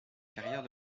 carrière